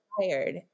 tired